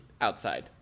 outside